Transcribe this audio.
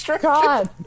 God